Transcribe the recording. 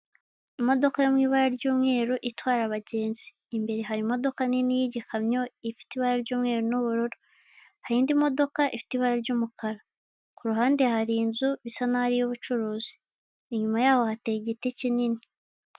Imodoka yo mu ibara ry'umweru itwara abagenzi. Imbere hari imdodoka nini y'igikamyo ifite ibara ry'umweru n'ubururu, hari indi modoka ifite ibara ry'umukara. Kuruhande hari inzu isa naho ari iy'ubucuruzi, inyuma yaho hateye igiti kinini.